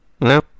No